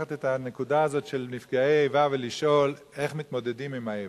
לקחת את הנקודה הזאת של נפגעי איבה ולשאול איך מתמודדים עם האיבה.